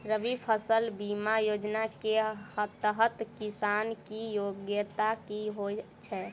रबी फसल बीमा योजना केँ तहत किसान की योग्यता की होइ छै?